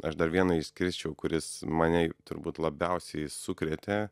aš dar vieną išskirčiau kuris mane turbūt labiausiai sukrėtė